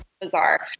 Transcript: bizarre